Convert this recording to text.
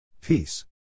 Peace